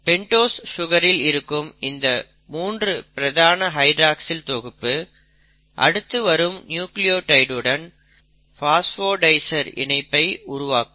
pentose சுகரில் இருக்கும் இந்த 3 பிரதான ஹைட்ராக்ஸில் தொகுப்பு அடுத்து வரும் நியூக்ளியோடைடுடன் பாஸ்போடைஸ்டர் இணைப்பை உருவாக்கும்